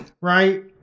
right